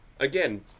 Again